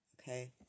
Okay